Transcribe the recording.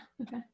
Okay